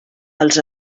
els